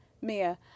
mia